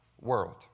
world